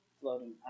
floating